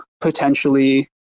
potentially